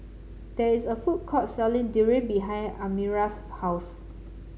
there is a food court selling Durian behind Elmira's house